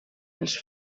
els